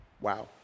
Wow